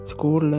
School